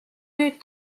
nüüd